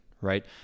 right